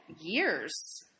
years